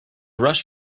rush